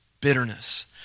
bitterness